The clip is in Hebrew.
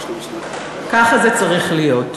ככה זה צריך להיות: